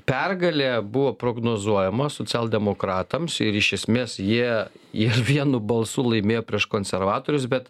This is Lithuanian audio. pergalė buvo prognozuojama socialdemokratams ir iš esmės jie jie vienu balsu laimėjo prieš konservatorius bet